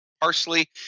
parsley